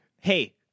Hey